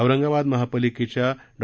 औरंगाबाद महापालिकेच्या डॉ